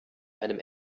einem